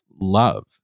love